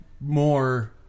More